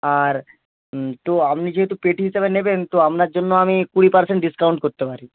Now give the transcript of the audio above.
আর তো আপনি যেহেতু পেটি হিসাবে নেবেন তো আপনার জন্য আমি কুড়ি পার্সেন্ট ডিসকাউন্ট করতে পারি